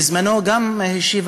בזמנו גם השיב,